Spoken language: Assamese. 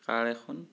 কাৰ এখন